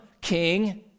king